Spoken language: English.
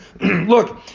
Look